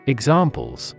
Examples